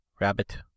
Rabbit